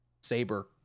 Saber